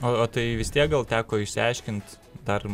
o tai vis tiek gal teko išsiaiškint dar